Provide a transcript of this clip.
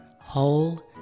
Whole